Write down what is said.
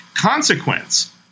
consequence